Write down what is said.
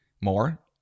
more